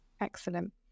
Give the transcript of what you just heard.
Excellent